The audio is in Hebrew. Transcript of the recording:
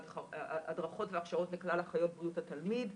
הדרכות והכשרות לכלל אחיות בריאות התלמיד.